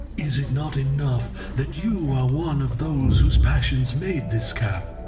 is it not enough that you are one of those whose passions made this cap,